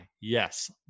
yes